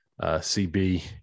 CB